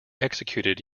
executed